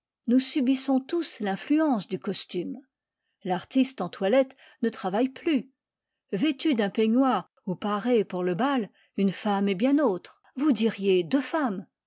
nous subissons tous l'influence du costume l'artiste en toilette ne travaille plus vêtue d'un peignoir ou parée pour le bal une femme est bien autre vous diriez deux femmes